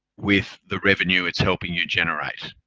with the revenue it's helping you generate.